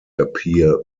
appear